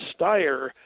Steyer